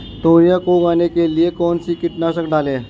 तोरियां को उगाने के लिये कौन सी कीटनाशक डालें?